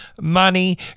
money